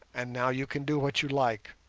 and now you can do what you like,